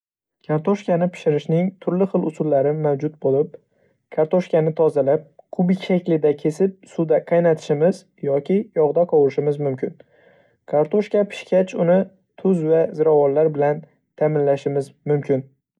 Kartoshkani pishirishning turli-xil usullari mavjud bo'lib, kartoshkani tozalab, kubik shaklida kesib, suvda qaynatishimiz yoki yog‘da qovurishimiz mumkin. Kartoshka pishgach, uni tuz va ziravorlar bilan ta’minlashimiz mumkin.